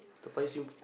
Toa-Payoh assume